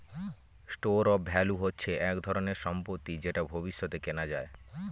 store of value হচ্ছে এক ধরনের সম্পত্তি যেটা ভবিষ্যতে কেনা যায়